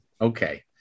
okay